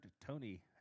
Tony